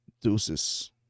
Deuces